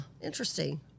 interesting